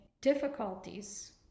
difficulties